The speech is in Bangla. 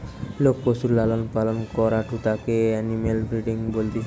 লোক পশুর লালন পালন করাঢু তাকে এনিম্যাল ব্রিডিং বলতিছে